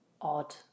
odd